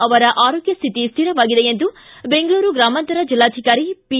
ಅವರ ಆರೋಗ್ಯ ಸ್ಥಿತಿ ಸ್ಥಿರವಾಗಿದೆ ಎಂದು ಬೆಂಗಳೂರು ಗ್ರಾಮಾಂತರ ಬೆಲ್ಲಾಧಿಕಾರಿ ಪಿ